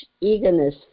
eagerness